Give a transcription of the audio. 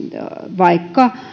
vaikka